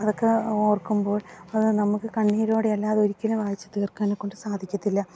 അതൊക്കെ ഓർക്കുമ്പോൾ അത് നമുക്ക് കണ്ണീരോടെയല്ലാതെ ഒരിക്കലും വായിച്ച് തീർക്കാനെക്കൊണ്ട് സാധിക്കത്തില്ല